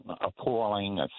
appalling